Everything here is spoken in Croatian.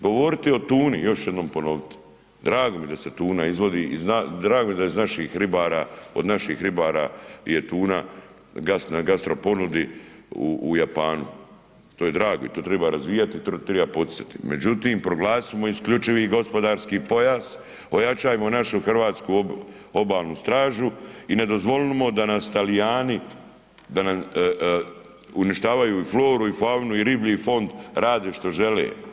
Govoriti o tuni, još jednom ću ponovit, drago mi je da se tuna izvozi i drago mi je iz naših ribara, od naših ribara je tuna na gastro ponudi u Japanu, to je drago i to treba razvijati i to treba poticati međutim proglasimo isključivi gospodarski pojas, ojačajmo našu hrvatsku Obalnu stražu i ne dozvolimo da nas Talijani uništavaju i floru i faunu i riblji fond, rade što žele.